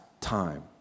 time